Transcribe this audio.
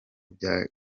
bya